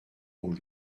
aux